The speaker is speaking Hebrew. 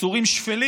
יצורים שפלים